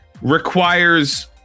requires